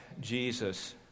Jesus